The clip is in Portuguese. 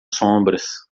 sombras